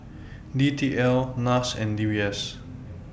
D T L Nas and D B S